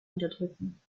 unterdrücken